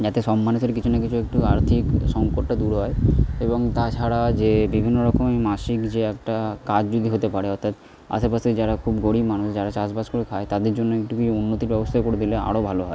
যাতে সব মানুষের কিছু না কিছু একটু আর্থিক সঙ্কটটা দূর হয় এবং তাছাড়া যে বিভিন্ন রকম মাসিক যে একটা কাজ যদি হতে পারে অর্থাৎ আশেপাশে যারা খুব গরিব মানুষ যারা চাষবাস করে খায় তাদের জন্য একটু যদি উন্নতির ব্যবস্থা করে দিলে আরো ভালো হয়